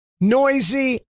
noisy